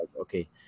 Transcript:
Okay